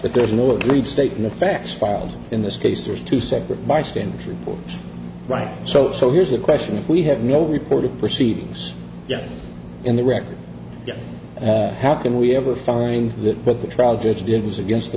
but there's no agreed state in the facts filed in this case there's two separate bystanders report right so so here's the question if we have no report of proceedings in the record how can we ever find that but the trial judge did was against the